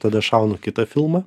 tada šaunu kitą filmą